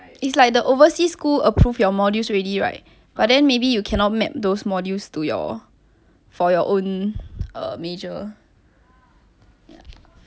it's like the overseas school approve your modules already right but then maybe you cannot map those modules to your for your own uh major ya